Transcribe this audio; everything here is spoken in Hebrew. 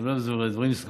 אני לא אוהב דברים סגורים.